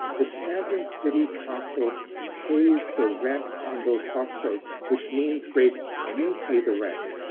the sandton city council pays the rent on those hostels which means grace, you pay the rent.